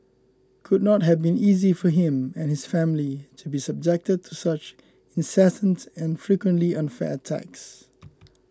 could not have been easy for him and his family to be subjected to such incessant and frequently unfair attacks